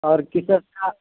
اور کس وقت کا